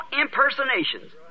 impersonations